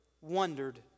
wondered